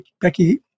Becky